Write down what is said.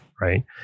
right